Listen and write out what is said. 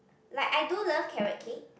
like I do love carrot cake